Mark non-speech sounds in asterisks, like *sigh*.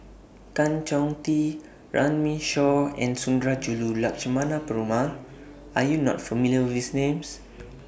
Tan Chong Tee Runme Shaw and Sundarajulu Lakshmana Perumal *noise* Are YOU not familiar with These Names